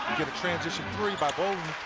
a transition three by bouldin.